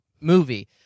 movie